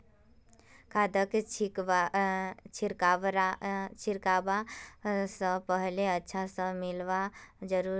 खादक छिड़कवा स पहले अच्छा स मिलव्वा जरूरी छ